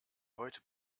heute